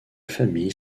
famille